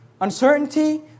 Uncertainty